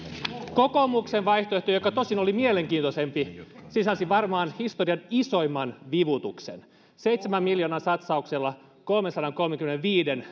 kokoomuksen vaihtoehto joka tosin oli mielenkiintoisempi sisälsi varmaan historian isoimman vivutuksen seitsemän miljoonan satsauksella kolmensadankolmenkymmenenviiden